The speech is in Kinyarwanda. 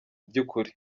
by’ukuri